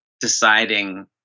deciding